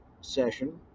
session